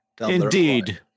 Indeed